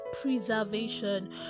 preservation